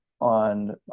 on